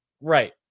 Right